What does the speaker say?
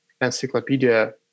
encyclopedia